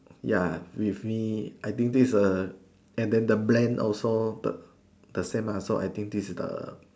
ya with me I think this is a and then the brand also the the same lah so I think this is the